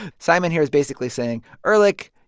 simon here is basically saying, ehrlich,